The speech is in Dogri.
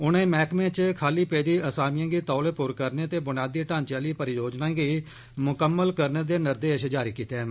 उनें महकमे च खाली पेदी असामियें गी तौले पुर करने ते बुनियादी ढांचे आली परियोजनाएं गी मुकम्मल करने दे निर्देश दिते